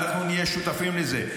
אנחנו נהיה שותפים לזה,